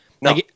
No